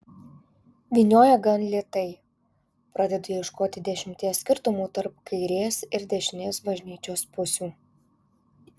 vynioja gan lėtai pradedu ieškoti dešimties skirtumų tarp kairės ir dešinės bažnyčios pusių